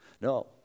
No